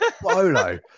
Bolo